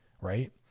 right